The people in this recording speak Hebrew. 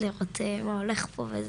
לראות מה הולך פה.